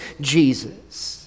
Jesus